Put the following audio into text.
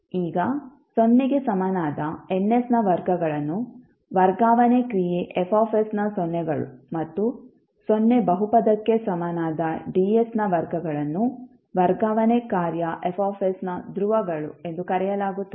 ಈಗ ಸೊನ್ನೆಗೆ ಸಮನಾದ Nನ ವರ್ಗಗಳನ್ನು ವರ್ಗಾವಣೆ ಕ್ರಿಯೆ Fನ ಸೊನ್ನೆಗಳು ಮತ್ತು ಸೊನ್ನೆ ಬಹುಪದಕ್ಕೆ ಸಮನಾದ D ನ ವರ್ಗಗಳನ್ನು ವರ್ಗಾವಣೆ ಕಾರ್ಯ Fನ ಧ್ರುವಗಳು ಎಂದು ಕರೆಯಲಾಗುತ್ತದೆ